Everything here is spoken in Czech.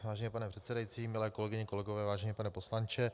Vážený pane předsedající, milé kolegyně, kolegové, vážený pane poslanče.